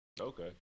Okay